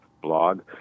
blog